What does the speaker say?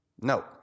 No